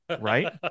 Right